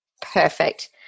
Perfect